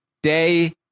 Day